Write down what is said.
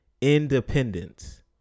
independence